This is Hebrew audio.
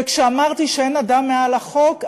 וכשאמרתי שאין אדם מעל החוק,